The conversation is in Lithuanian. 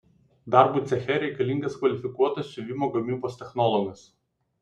darbui ceche reikalingas kvalifikuotas siuvimo gamybos technologas